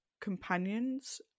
companions